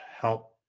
help